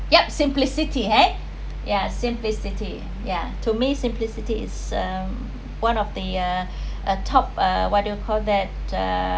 yup simplicity !hey! ya simplicity ya to me simplicity is uh one of the a top uh what do you call that uh